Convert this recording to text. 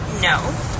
No